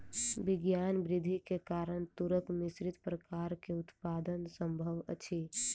विज्ञान वृद्धि के कारण तूरक मिश्रित प्रकार के उत्पादन संभव अछि